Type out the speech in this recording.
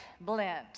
blend